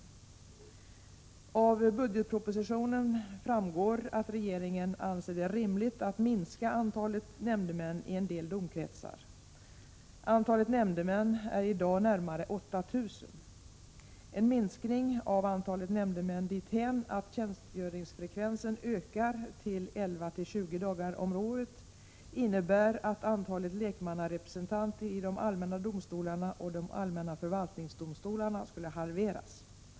39 Av budgetpropositionen framgår att regeringen anser det rimligt att minska antalet nämndemän i en del domkretsar. Antalet nämndemän är i dag närmare 8 000. En minskning dithän att tjänstgöringsfrekvensen ökar till 11—20 dagar om året innebär att antalet lekmannarepresentanter i de allmänna domstolarna och de allmänna förvaltningsdomstolarna halveras.